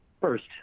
First